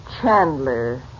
Chandler